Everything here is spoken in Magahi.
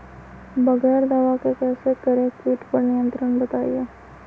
बगैर दवा के कैसे करें कीट पर नियंत्रण बताइए?